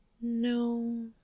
No